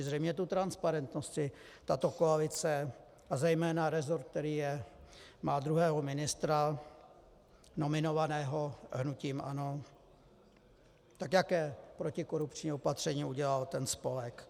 Zřejmě tu transparentnost si tato koalice a zejména resort, který má druhého ministra nominovaného hnutím ANO, tak jaké protikorupční opatření udělal ten spolek?